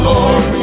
Lord